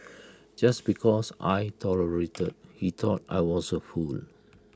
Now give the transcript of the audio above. just because I tolerated he thought I was A fool